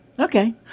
Okay